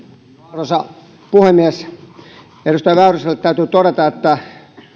arvoisa puhemies edustaja väyryselle täytyy todeta että